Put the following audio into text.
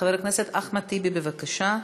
חבר הכנסת אחמד טיבי, בבקשה.